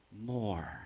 more